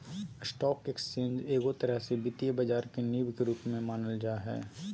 stock exchange एगो तरह से वित्तीय बाजार के नींव के रूप मे मानल जा हय